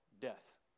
death